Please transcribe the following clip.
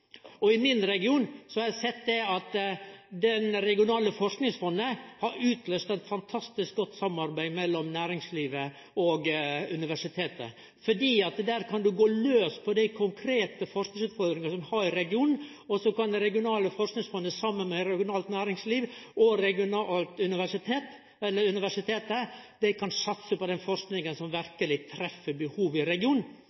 og høgskular. I min region har eg sett at det regionale forskingsfondet har utløyst eit fantastisk godt samarbeid mellom næringslivet og universitetet, fordi ein der kan gå laus på dei konkrete forskingsutfordringane ein har i regionen. Det regionale forskingsfondet kan saman med det regionale næringslivet og universitetet satse på den forskinga som